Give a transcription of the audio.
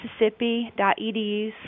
mississippi.edu